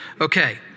Okay